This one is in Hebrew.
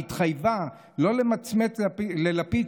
התחייבה לא למצמץ ללפיד,